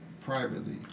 privately